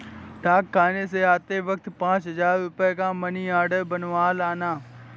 डाकखाने से आते वक्त पाँच हजार रुपयों का मनी आर्डर बनवा लाना